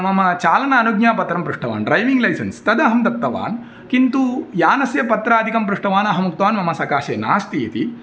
मम चालन अनुज्ञापत्रं पृष्टवान् ड्रैविङ् लैसेन्स् तद् अहं दत्तवान् किन्तु यानस्य पत्रादिकं पृष्टवान् अहम् उक्तवान् मम सकाशे नास्ति इति